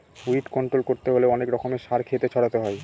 weed control করতে হলে অনেক রকমের সার ক্ষেতে ছড়াতে হয়